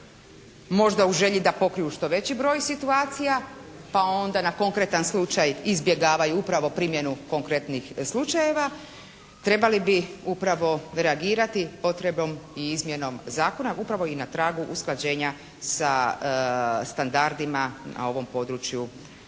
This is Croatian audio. možda u želji da pokriju što veći broj situacija, pa onda na konkretan slučaj izbjegavaju upravo primjenu konkretnih slučajeva trebali bi upravo reagirati potrebom i izmjenom zakona, upravo i na tragu usklađenja sa standardima na ovom području Europske